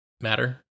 matter